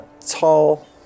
tall